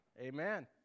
Amen